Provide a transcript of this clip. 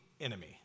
enemy